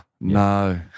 no